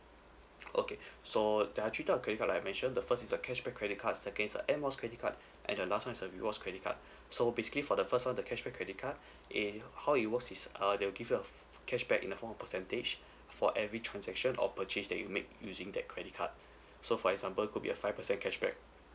okay so there are three type of credit card like I mentioned the first is a cashback credit card second is a Air Miles credit card and the last one is a rewards credit card so basically for the first one the cashback credit card uh how it works is err they will give you a cashback in a form of percentage for every transaction or purchase that you make using that credit card so for example could be a five percent cashback